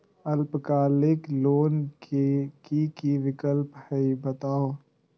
अल्पकालिक लोन के कि कि विक्लप हई बताहु हो?